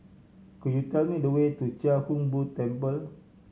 could you tell me the way to Chia Hung Boo Temple